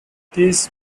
these